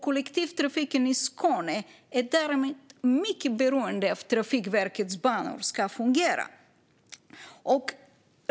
Kollektivtrafiken i Skåne är därmed mycket beroende av att Trafikverkets banor fungerar.